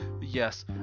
Yes